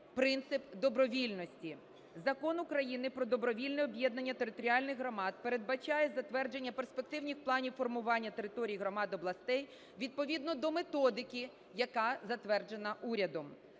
принцип добровільності. Закон України "Про добровільне об'єднання територіальних громад" передбачає затвердження перспективних планів формування територій громад областей відповідно до методики, яка затверджена урядом.